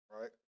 right